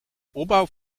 opbouw